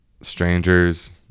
strangers